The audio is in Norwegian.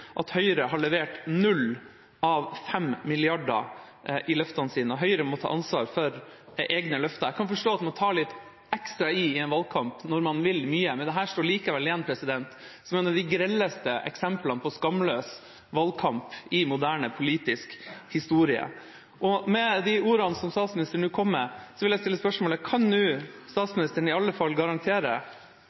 man tar litt ekstra i i en valgkamp, når man vil mye, men dette står likevel igjen som et av de grelleste eksemplene på skamløs valgkamp i moderne politisk historie. Med de ordene som statsministeren nå kom med, vil jeg stille spørsmålet: Kan statsministeren nå garantere eller i alle fall